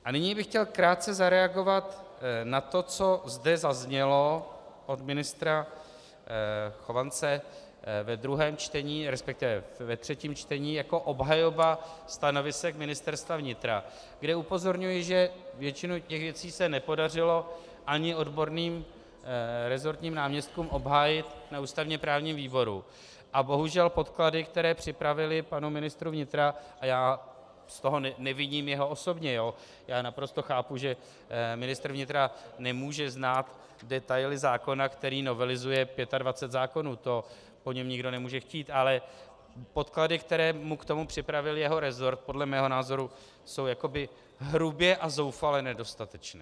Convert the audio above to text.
A nyní bych chtěl krátce zareagovat na to, co zde zaznělo od ministra Chovance ve druhém čtení, respektive ve třetím čtení jako obhajoba stanovisek Ministerstva vnitra, kde upozorňuji, že většinu věcí se nepodařilo ani odborným resortním náměstkům obhájit na ústavněprávním výboru, a bohužel podklady, které připravili panu ministru vnitra, a já z toho neviním jeho osobně, naprosto chápu, že ministr vnitra nemůže znát detaily zákona, který novelizuje 25 zákonů, to po něm nikdo nemůže chtít, ale podklady, které mu k tomu připravil jeho resort, podle mého názoru jsou jakoby hrubě a zoufale nedostatečné.